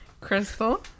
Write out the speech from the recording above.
Crystal